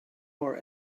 more